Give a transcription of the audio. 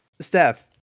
Steph